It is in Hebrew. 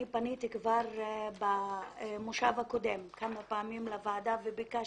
אני פניתי כבר במושב הקודם כמה פעמים לוועדה וביקשתי.